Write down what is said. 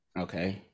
Okay